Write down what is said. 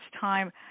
time